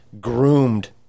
groomed